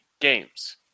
games